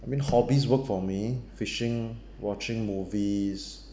I mean hobbies work for me fishing watching movies